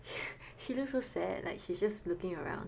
she looks so sad like she's just looking around